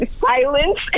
silence